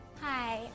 Hi